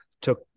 took